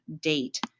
date